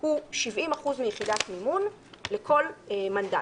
הוא 70% מיחידת מימון לכל מנדט,